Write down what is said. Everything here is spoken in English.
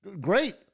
Great